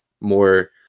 more